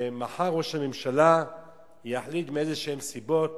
שמחר ראש הממשלה יחליט מסיבות